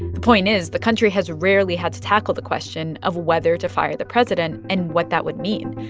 the point is, the country has rarely had to tackle the question of whether to fire the president and what that would mean,